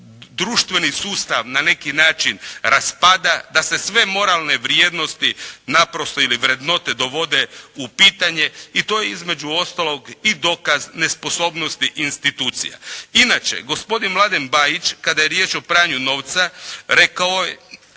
društveni sustav na neki način raspada, da se sve moralne vrijednosti naprosto ili vrednote dovode u pitanje i to je između ostalog i dokaz nesposobnosti institucija. Inače, gospodin Mladen Bajić, kada je riječ o pranju novca rekao je